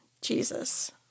Jesus